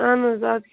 اَہَن حظ اَدٕ کیٛاہ